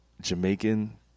Jamaican